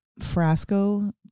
Frasco